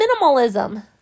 minimalism